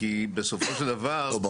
כי בסופו של דבר --- לא,